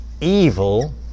evil